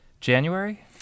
January